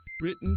Written